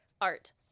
Art